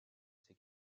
ses